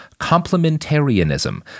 Complementarianism